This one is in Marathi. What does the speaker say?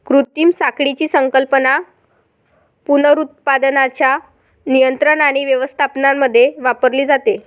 कृत्रिम साखळीची संकल्पना पुनरुत्पादनाच्या नियंत्रण आणि व्यवस्थापनामध्ये वापरली जाते